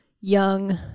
young